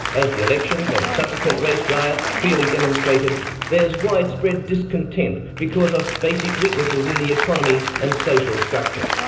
as the elections and subsequent race riots clearly demonstrated, there is widespread discontent because of basic weaknesses in the economy and social structure.